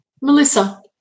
Melissa